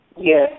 Yes